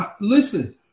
Listen